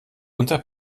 unter